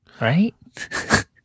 right